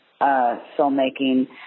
filmmaking